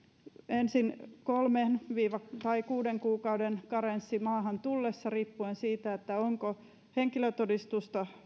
ensin kolmen tai kuuden kuukauden karenssi maahan tullessa riippuen siitä onko tullessa henkilötodistusta